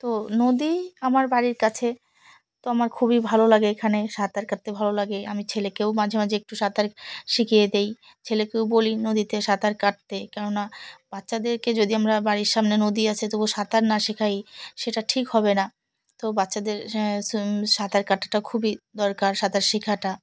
তো নদী আমার বাড়ির কাছে তো আমার খুবই ভালো লাগে এখানে সাঁতার কাটতে ভালো লাগে আমি ছেলেকেও মাঝে মাঝে একটু সাঁতার শিখিয়ে দিই ছেলেকেও বলি নদীতে সাঁতার কাটতে কেননা বাচ্চাদেরকে যদি আমরা বাড়ির সামনে নদী আছে তবুও সাঁতার না শেখাই সেটা ঠিক হবে না তো বাচ্চাদের সাঁতার কাটাটা খুবই দরকার সাঁতার শেখাটা